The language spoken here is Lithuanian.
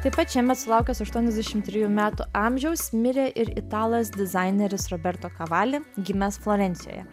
taip pat šiemet sulaukęs aštuoniasdešim trejų metų amžiaus mirė ir italas dizaineris roberto kavali gimęs florencijoje